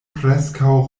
preskaŭ